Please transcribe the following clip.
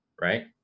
right